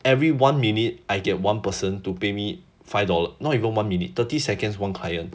every one minute I get one person to pay me five dollars not even one minute thirty seconds one client